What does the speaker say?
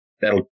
that'll